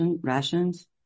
rations